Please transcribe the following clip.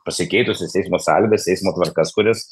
pasikeitusias eismo sąlygas eismo tvarkas kurias